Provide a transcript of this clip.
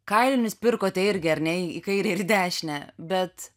kailinius pirkote irgi ar ne į kairę ir dešinę bet